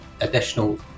additional